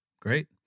great